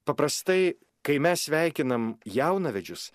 paprastai kai mes sveikinam jaunavedžius